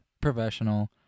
professional